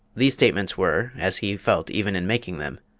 these statements were, as he felt even in making them,